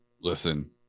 Listen